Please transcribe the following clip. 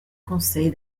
conseils